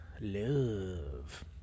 love